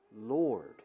Lord